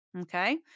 Okay